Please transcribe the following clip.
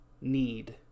need